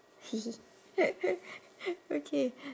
hee hee okay